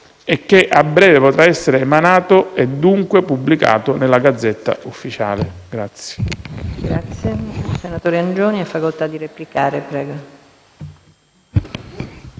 e che a breve potrà essere emanato e dunque pubblicato nella *Gazzetta Ufficiale*.